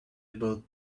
about